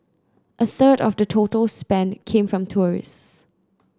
a third of the total spend came from tourists